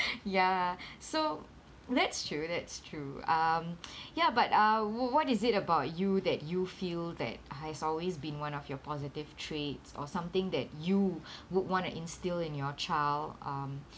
ya so that's true that's true um ya but uh wh~ what is it about you that you feel that has always been one of your positive traits or something that you would want to instill in your child um